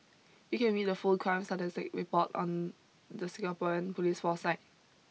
you can read the full crime statistics report on the Singapore police force site